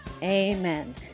Amen